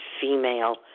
female